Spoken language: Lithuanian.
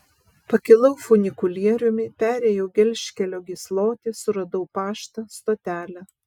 pakilau funikulieriumi perėjau gelžkelio gyslotį suradau paštą stotelę